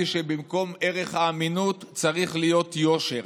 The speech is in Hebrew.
שבמקום הערך "אמינות" צריך להיות "יושר".